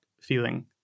feeling